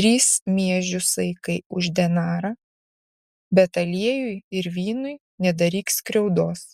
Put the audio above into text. trys miežių saikai už denarą bet aliejui ir vynui nedaryk skriaudos